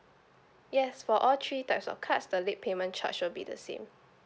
yes for all three types of cards the late payment charge will be the same